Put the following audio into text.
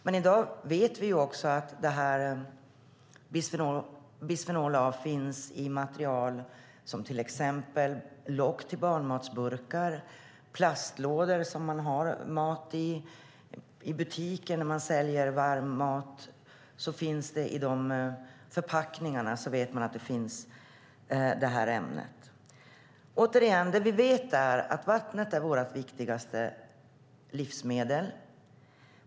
Men i dag vet vi också att bisfenol finns i material som till exempel lock till barnmatsburkar och plastlådor vi har mat i. När man säljer varm mat i butiker vet vi att ämnet finns i förpackningarna. Återigen: Det vi vet är att vattnet är vårt viktigaste livsmedel.